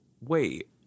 wait